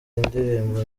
indirimbo